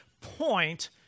point